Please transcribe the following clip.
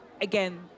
again